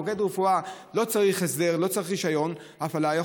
מוקד רפואה לא צריך הסדר, לא צריך רישיון הפעלה.